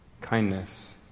kindness